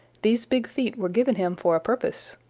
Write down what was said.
these big feet were given him for a purpose.